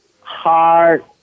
heart